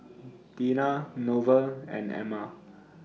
Deena Norval and Emma